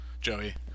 Joey